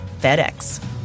FedEx